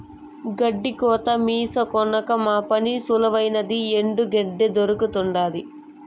గెడ్డి కోత మిసను కొన్నాక మా పని సులువైనాది ఎండు గెడ్డే దొరకతండాది